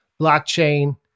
blockchain